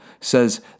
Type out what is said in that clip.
says